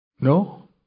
No